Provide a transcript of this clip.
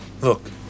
Look